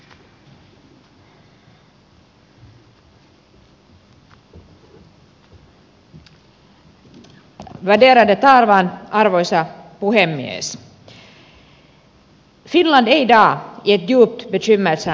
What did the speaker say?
finland är i dag i ett djupt bekymmersamt ekonomiskt läge